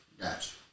gotcha